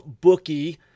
bookie